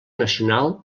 nacional